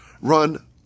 run